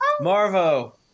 Marvo